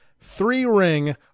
three-ring